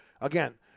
Again